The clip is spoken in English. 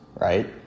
right